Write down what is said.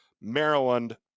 Maryland